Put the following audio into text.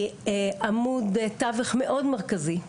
היא עמוד טווח מאוד מרכזי,